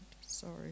Sorry